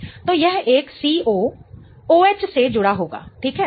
तो यह एक CO OH से जुड़ा होगा ठीक है